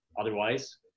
Otherwise